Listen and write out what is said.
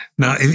Now